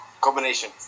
Combination